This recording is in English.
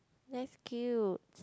that's cute